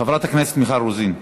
חברת הכנסת מיכל רוזין,